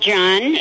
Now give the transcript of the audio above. John